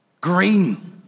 Green